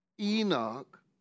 Enoch